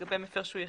לגבי מפר שהוא יחיד,